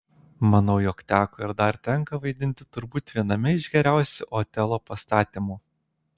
manau jog teko ir dar tenka vaidinti turbūt viename iš geriausių otelo pastatymų